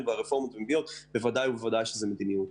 והרפורמות בוודאי ובוודאי שזה מדיניות.